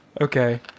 Okay